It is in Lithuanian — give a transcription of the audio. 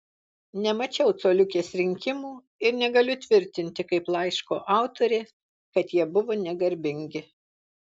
nemačiau coliukės rinkimų ir negaliu tvirtinti kaip laiško autorė kad jie buvo negarbingi